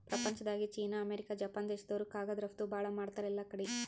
ಪ್ರಪಂಚ್ದಾಗೆ China, America, Japan ದೇಶ್ದವ್ರು ಕಾಗದ್ ರಫ್ತು ಭಾಳ್ ಮಾಡ್ತಾರ್ ಎಲ್ಲಾಕಡಿ